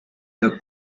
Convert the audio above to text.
the